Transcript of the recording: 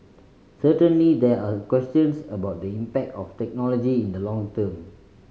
certainly there are questions about the impact of technology in the long term